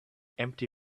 empty